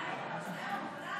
חילוט רווחי סרסרות),